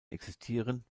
existieren